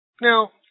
Now